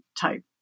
type